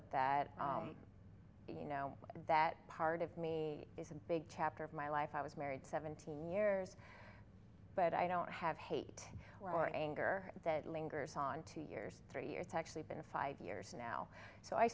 at that you know that part of me is a big chapter of my life i was married seventeen years but i don't have hate or anger that lingers on two years three years actually been five years now so i